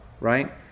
right